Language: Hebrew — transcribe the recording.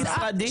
המשרדים.